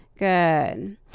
Good